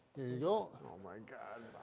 you go. oh my god,